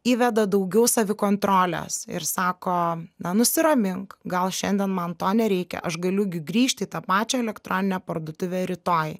įveda daugiau savikontrolės ir sako na nusiramink gal šiandien man to nereikia aš galiu gi grįžti į tą pačią elektroninę parduotuvę rytoj